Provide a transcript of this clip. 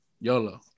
YOLO